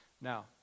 Now